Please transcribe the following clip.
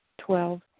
Twelve